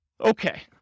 Okay